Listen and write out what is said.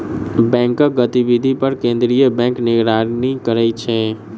बैंकक गतिविधि पर केंद्रीय बैंक निगरानी करै छै